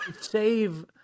save